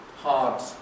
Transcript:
hard